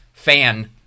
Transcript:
fan